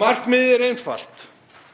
Markmiðið er einfalt: